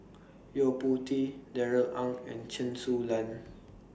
Yo Po Tee Darrell Ang and Chen Su Lan